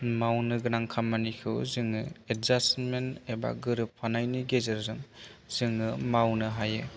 मावनो गोनां खामानिखौ जोङो एदजासमेन्त एबा गोरोब फानायनि गेजेरजों जोङो मावनो हायो